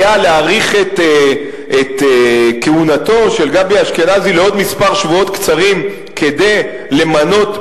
להאריך את כהונתו של גבי אשכנזי בעוד כמה שבועות קצרים,